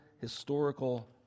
historical